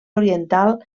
oriental